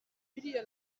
biriya